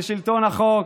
של שלטון החוק,